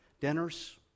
Dinners